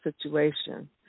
situation